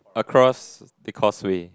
across the causeway